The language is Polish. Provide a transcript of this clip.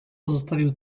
pozostawił